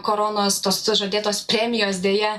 koronos tos čia žadėtos premijos deja